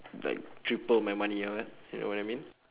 like triple my money you know ah you know what I mean